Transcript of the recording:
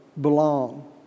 belong